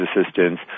assistance